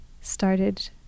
started